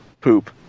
poop